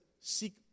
seek